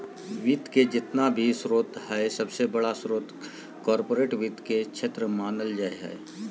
वित्त के जेतना भी स्रोत हय सबसे बडा स्रोत कार्पोरेट वित्त के क्षेत्र मानल जा हय